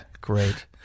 Great